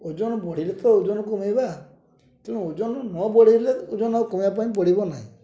ଓଜନ ବଢ଼ିଲେ ତ ଓଜନ କମାଇବା ତେଣୁ ଓଜନ ନ ବଢ଼ାଇଲେ ଓଜନ ଆଉ କମିବା ପାଇଁ ବଢ଼ିବ ନାହିଁ